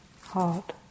heart